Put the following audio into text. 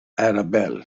annabelle